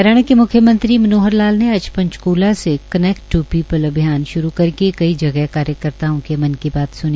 हरियाणा के मुख्यमंत्री मनोहर लाल ने आज पंचक्ला से कनेक्ट ट् पीपल अभियान श्रू करके कई जगह कार्यकर्ताओं के मन की बात सुनी